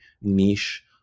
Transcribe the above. niche